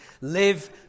live